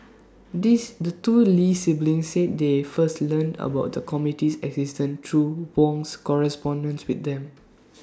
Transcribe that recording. this the two lee siblings said they first learned about the committee's existence through Wong's correspondence with them